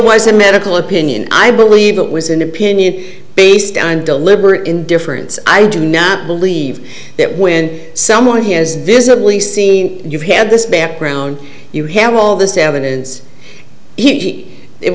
was a medical opinion i believe it was an opinion based on deliberate indifference i do not believe that when someone has visibly seen you've had this background you have all this evidence